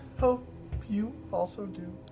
hope you also do